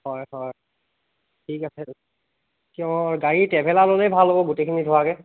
হয় হয় ঠিক আছে অঁ গাড়ী ট্ৰেভেলাৰ ল'লেই ভাল হ'ব গোটেইখিনি ধৰাকৈ